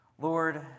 Lord